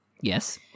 Yes